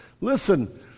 Listen